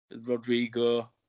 Rodrigo